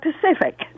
Pacific